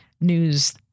news